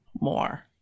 more